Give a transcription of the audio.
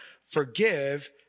forgive